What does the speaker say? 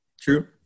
True